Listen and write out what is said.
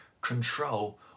control